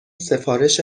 سفارش